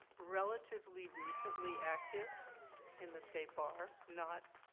relatively recently active in the state bar, not